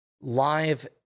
live